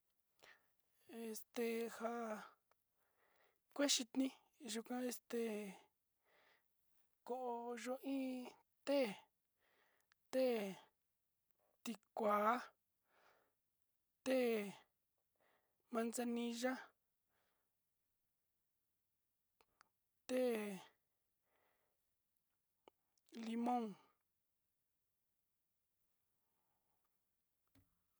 Este nja'a kuexhitni iyuuka'a este kó yó iin té, té tikua té manzanilla té limón.